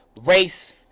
race